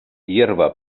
hierba